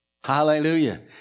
Hallelujah